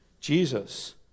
Jesus